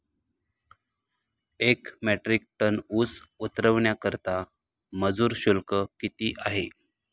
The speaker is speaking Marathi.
एक मेट्रिक टन ऊस उतरवण्याकरता मजूर शुल्क किती आहे?